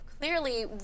clearly